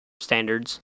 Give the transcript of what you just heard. standards